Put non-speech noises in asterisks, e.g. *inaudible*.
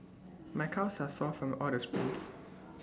my calves are sore from all the sprints *noise*